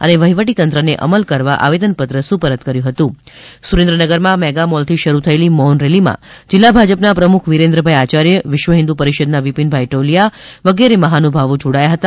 અને વહીવટીતંત્રને અમલ કરવા આવેદનપત્ર સુપરત કર્યું હતું સુરેન્દ્રનગરમાં મેગામોલથી શરૂ થયેલી મૌન રેલીમાં જિલ્લા ભાજપના પ્રમુખ વિરેન્દ્રભાઈ આચાર્ય વિશ્વ હિંન્દુ પરીષદના વિપિન ભાઈ ટોલીયા વગેરે મહાનુભાવો જોડાયા હતા